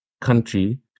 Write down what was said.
country